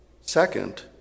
Second